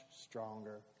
stronger